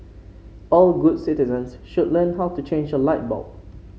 all good citizens should learn how to change a light bulb